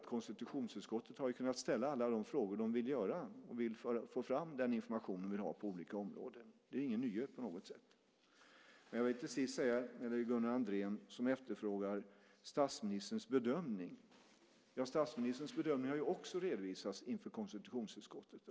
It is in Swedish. Konstitutionsutskottets ledamöter har kunnat ställa alla frågor de vill för att få fram den information man vill ha på olika områden. Det är ingen nyhet på något sätt. Gunnar Andrén efterfrågar statsministerns bedömning. Statsministerns bedömning har också redovisats inför konstitutionsutskottet.